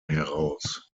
heraus